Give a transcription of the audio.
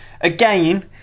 again